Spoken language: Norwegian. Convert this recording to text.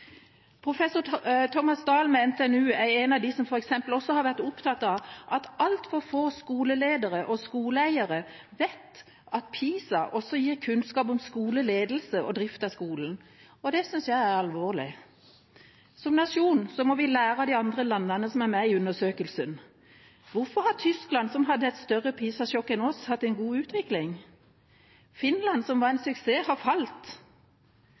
Professor Thomas Dahl ved NTNU er en av dem som f.eks. har vært opptatt av at altfor få skoleledere og skoleeiere vet at PISA også gir kunnskap om skoleledelse og drift av skolen. Det synes jeg er alvorlig. Som nasjon må vi lære av de andre landene som er med i undersøkelsen. Hvorfor har Tyskland, som hadde et større PISA-sjokk enn oss, hatt en god utvikling? Finland, som var en suksess, har falt.